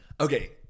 okay